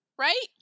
Right